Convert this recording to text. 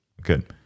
Good